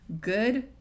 good